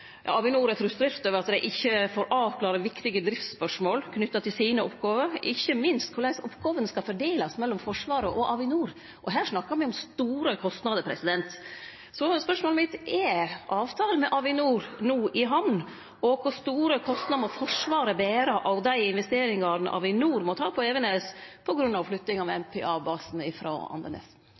Avinor er frustrert over at dei ikkje får avklart viktige driftsspørsmål knytt til oppgåvene sine, ikkje minst korleis oppgåvene skal fordelast mellom Forsvaret og Avinor. Her snakkar me om store kostnader. Spørsmålet mitt er: Er avtalen med Avinor no i hamn, og kor store kostnader må Forsvaret bere av dei investeringane Avinor må gjere på Evenes på grunn av flyttinga av MPA-basen frå Andenes?